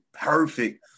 perfect